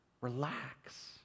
relax